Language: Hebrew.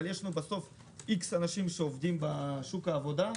אבל בסוף יש איקס אנשים בשוק העבודה,